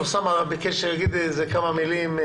אוסאמה ביקש להגיד כמה מילים.